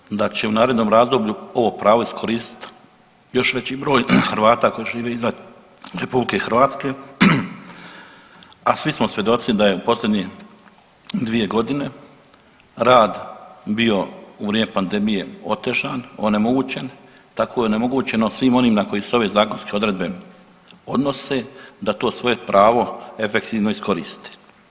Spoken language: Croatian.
Ja se nadam da će u narednom razdoblju ovo pravo iskoristit još veći broj Hrvata koji žive izvan RH, a svi smo svjedoci da je u posljednje 2.g. rad bio u vrijeme pandemije otežan, onemogućen, tako je onemogućeno svim onim na koje se ove zakonske odredbe odnose da to svoje pravo efektivno iskoriste.